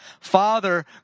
Father